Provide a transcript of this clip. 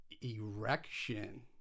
erection